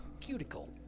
Cuticle